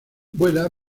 vuela